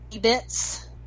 bits